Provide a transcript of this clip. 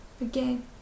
Again